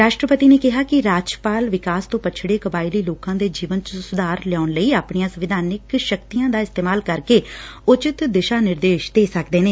ਰਾਸ਼ਟਰਪਤੀ ਨੇ ਕਿਹਾ ਕਿ ਰਾਜਪਾਲ ਵਿਕਾਸ ਤੋਂ ਪਛੜੇ ਕਬਾਇਲੀ ਲੋਕਾਂ ਦੇ ਜੀਵਨ ਚ ਸੁਧਾਰ ਲਿਆਉਣ ਲਈ ਆਪਣੀਆਂ ਸੰਵਿਧਾਨਕ ਸ਼ਕਤੀਆਂ ਦਾ ਇਸਤੇਮਾਲ ਕਰਕੇ ਉਚਿਤ ਦਿਸ਼ਾ ਨਿਰਦੇਸ਼ ਦੇ ਸਕਦੇ ਨੇ